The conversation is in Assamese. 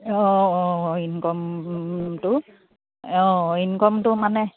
অঁ অঁ ইনকমটো অঁ ইনকমটো মানে